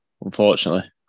unfortunately